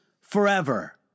forever